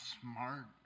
smart